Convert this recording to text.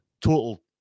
total